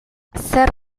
zer